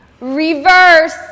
reverse